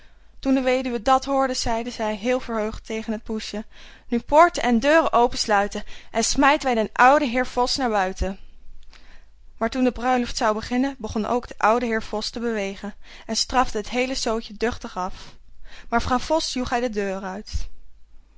toen de weduwe dat hoorde zeide zij heel verheugd tegen het poesje nu poorten en deuren opensluiten en smijt wij den ouden heer vos naar buiten maar toen de bruiloft zou beginnen begon ook de oude heer vos te bewegen en strafte het heele zootje duchtig af maar vrouw vos joeg hij de deur uit